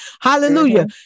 Hallelujah